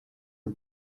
der